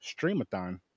streamathon